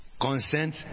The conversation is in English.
consent